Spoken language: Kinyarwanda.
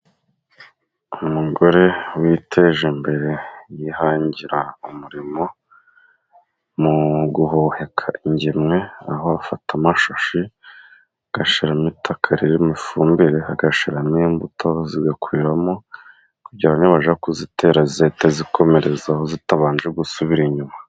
Umugore witeje imbere yihangira umurimo mu guhoheka ingemwe, aho afata amashashi agashyiramo itaka ririmo ifumbire agashiramo imbuto zigakwiramo kugira nibajya kuzitera zizahite zikomerezaho zitabanje gusubira inyuma.